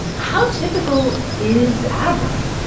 how typical is abro?